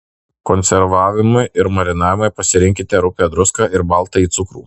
konservavimui ir marinavimui pasirinkite rupią druską ir baltąjį cukrų